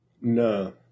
No